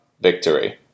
victory